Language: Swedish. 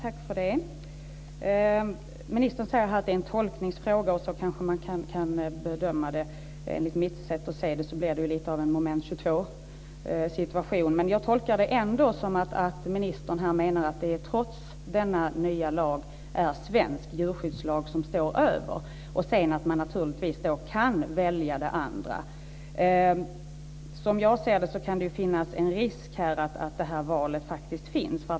Fru talman! Ministern säger att det är en tolkningsfråga. Så kanske man kan bedöma det. Enligt mitt sätt att se det blir det lite av ett moment 22. Men jag tolkar det ändå som att ministern menar att svensk djurskyddslag står över denna nya lag men att man naturligtvis kan välja det andra. Som jag ser det kan det finnas en risk med att det här valet faktiskt finns.